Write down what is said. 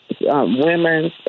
women